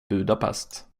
budapest